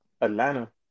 Atlanta